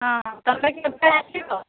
ହଁ ତୁମେ କେବେ ଆସିବ